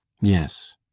yes